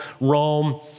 Rome